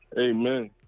amen